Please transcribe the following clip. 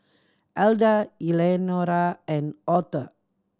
Elda Eleanora and Auther